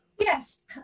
Yes